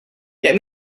get